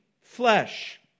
flesh